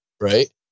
Right